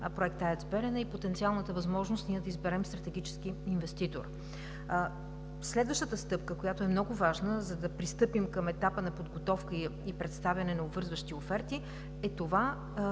Проект АЕЦ „Белене“ и потенциалната възможност ние да изберем стратегически инвеститор. Следващата стъпка, която е много важна, за да пристъпим към етапа на подготовка и представяне на обвързващи оферти, е тези